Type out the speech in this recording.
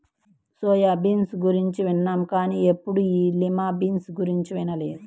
soya bean గురించి విన్నాం కానీ ఎప్పుడూ ఈ లిమా బీన్స్ గురించి వినలేదు